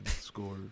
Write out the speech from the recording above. score